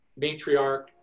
matriarch